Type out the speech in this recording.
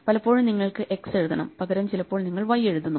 പലപ്പോഴും നിങ്ങൾക്ക് X എഴുതണം പകരം ചിലപ്പോൾ നിങ്ങൾ Y എഴുതുന്നു